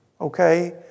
okay